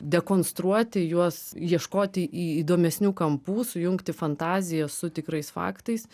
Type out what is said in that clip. dekonstruoti juos ieškoti įdomesnių kampų sujungti fantaziją su tikrais faktais